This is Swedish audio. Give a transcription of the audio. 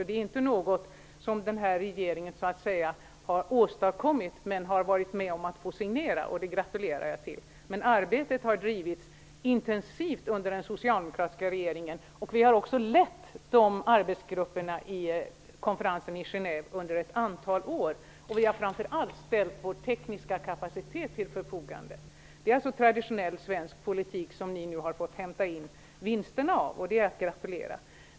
Det är inte något som denna regering har åstadkommit. Den har varit med om att få signera, och det gratulerar jag till. Men arbetet har drivits intensivt under den socialdemokratiska regeringen. Vi har också lett arbetsgrupperna vid konferensen i Genève under ett antal år, och vi har framför allt ställt vår tekniska kapacitet till förfogande. Det är alltså traditionell svensk politik som ni nu har fått hämta in vinsterna av, och det är att gratulera.